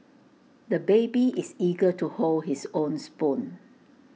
the baby is eager to hold his own spoon